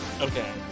Okay